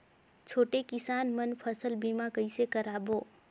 छोटे किसान मन फसल बीमा कइसे कराबो?